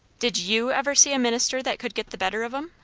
did you ever see a minister that could get the better of em?